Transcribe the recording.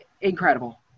incredible